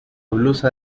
blusa